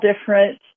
different